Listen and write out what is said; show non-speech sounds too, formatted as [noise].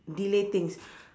delay things [breath]